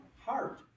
heart